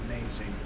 amazing